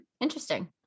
interesting